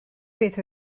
beth